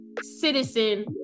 citizen